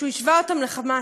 והוא השווה אותם ל"חמאסניקים".